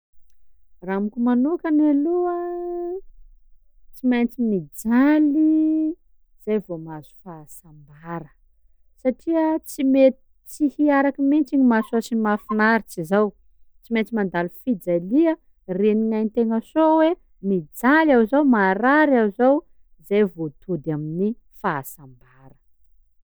Raha amiko manokany aloha tsy maintsy mijaly zay vao mahazo fahasambara, satria tsy me- tsy hiaraky mihitsy gny mahasoa sy mahafinaritsy izao, tsy maintsy mandalo fijalia renin'gnainy tena soa hoe: mijaly aho zao, marary aho zao, zay vao tody amin'ny fahasambara.